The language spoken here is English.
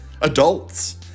Adults